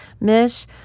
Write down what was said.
mish